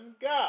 God